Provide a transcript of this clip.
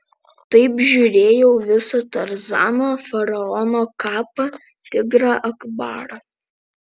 taip žiūrėjau visą tarzaną faraono kapą tigrą akbarą